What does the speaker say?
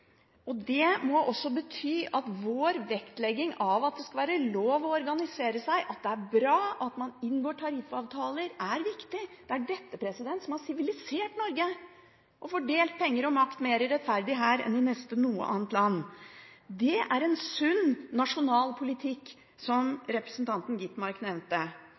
Det må bety at vår vektlegging av at det skal være lov å organisere seg, at det er bra at man inngår tariffavtaler, er viktig. Det er dette som har sivilisert Norge og fordelt penger og makt mer rettferdig her enn i nesten noe annet land. Det er en sunn nasjonal politikk, som representanten Skovholt Gitmark nevnte.